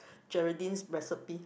Geraldine's recipe